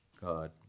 God